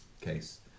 case